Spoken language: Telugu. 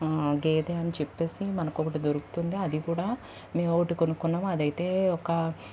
గేది అని చెప్పేసి మనకొకటి దొరుకుతుంది అదికూడ మేమొకటి కొనుకున్నాం అదైతే ఒక